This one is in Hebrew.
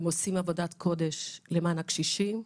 הם עושים עבודת קודש למען הקשישים,